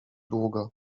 długo